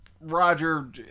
Roger